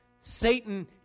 Satan